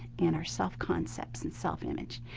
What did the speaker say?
and our self concepts, and self-image.